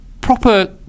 proper